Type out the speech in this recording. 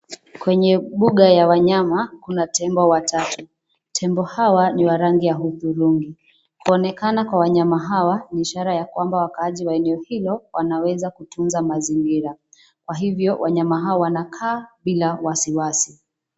Kwenye mbua ya wanyama kuna tembo watatu. Tembo hawa ni wa rangi ya hudhurungi. Kuonekana kwa wanyama hawa, ni ishara ya kwamba wakaaji wa eneo hilo, wanaweza kutunza mazingira. Kwa hivyo wanyama hawa, wanakaa bila wasiwasi.